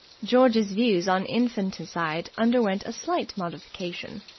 george's views on infanticide underwent a slight modification.